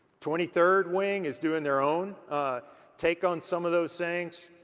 twenty-third wing is doing their own take on some of those things.